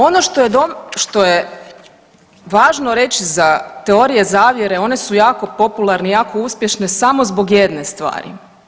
Ono što je važno reći za teorije zavjere one su jako popularne i jako uspješne samo zbog jedne stvari.